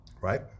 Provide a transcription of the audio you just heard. right